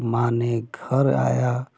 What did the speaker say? तो माँ ने घर आया